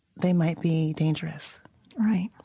they might be dangerous right.